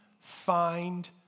find